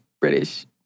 British